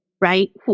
Right